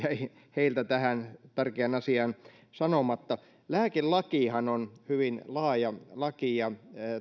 heiltä tähän tärkeään asiaan sanomatta lääkelakihan on hyvin laaja laki ja